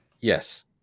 Yes